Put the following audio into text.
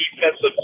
defensive